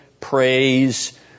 praise